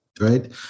right